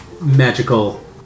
magical